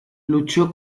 luchó